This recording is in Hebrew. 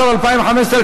התשע"ו 2015,